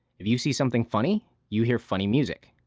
if you see something funny you hear funny music.